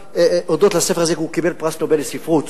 הודות לספר הזה הוא קיבל פרס נובל לספרות,